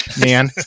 man